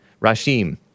Rashim